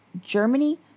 germany